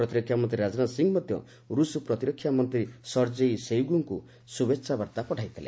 ପ୍ରତିରକ୍ଷାମନ୍ତ୍ରୀ ରାଜନାଥ ସିଂ ମଧ୍ୟ ରୁଷ୍ ପ୍ରତିରକ୍ଷାମନ୍ତ୍ରୀ ସରଜେଇ ସୋଇଗୁଙ୍କୁ ଶ୍ରଭେଚ୍ଛାବାର୍ତ୍ତା ପଠାଇଥିଲେ